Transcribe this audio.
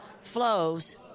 flows